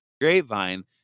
Grapevine